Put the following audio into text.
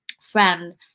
friend